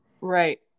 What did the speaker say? Right